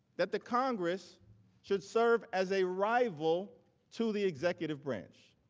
that the congress should serve as a rival to the executive branch.